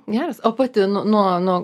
geras o pati nu nuo nuo